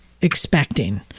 expecting